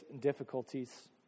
difficulties